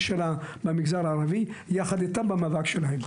של המגזר הערבי יחד איתם במאבק שלהם.